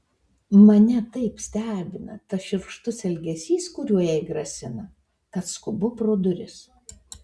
mane taip stebina tas šiurkštus elgesys kuriuo jai grasina kad skubu pro duris